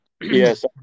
Yes